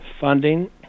funding